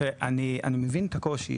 אני מבין את הקושי.